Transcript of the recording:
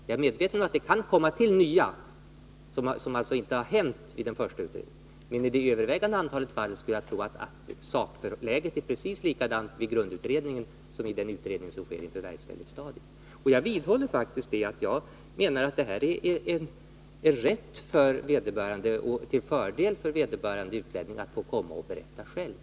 Jag är medveten om att det kan komma till nya skäl, som hänför sig till händelser som inträffat efter den första utredningen, men i det övervägande antalet fall skulle jag tro att sakläget är precis detsamma i samband med grundutredningen som vid den utredning som sker inför verkställighetsstadiet. Jag vidhåller faktiskt min uppfattning att detta är en rättighet som vederbörande utlänning har och att det är till fördel för honom att få komma och berätta själv.